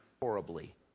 horribly